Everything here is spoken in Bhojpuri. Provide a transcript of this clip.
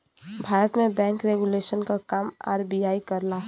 भारत में बैंक रेगुलेशन क काम आर.बी.आई करला